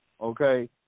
Okay